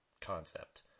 concept